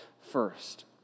first